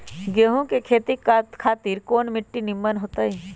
गेंहू की खेती खातिर कौन मिट्टी निमन हो ताई?